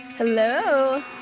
Hello